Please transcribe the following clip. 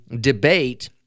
debate